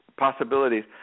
possibilities